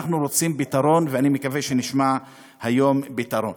אנחנו רוצים פתרון, ואני מקווה שנשמע היום פתרון.